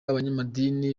abanyamadini